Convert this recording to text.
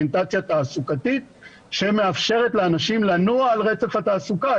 תעסוקתית שמאפשרת לאנשים לנוע על רצף התעסוקה.